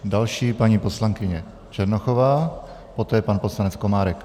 Další paní poslankyně Černochová, poté pan poslanec Komárek.